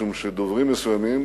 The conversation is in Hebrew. משום שדוברים מסוימים,